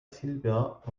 silber